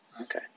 okay